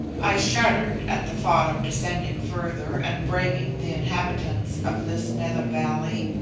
i shuddered at the thought of descending further and braving the inhabitants of this nether valley.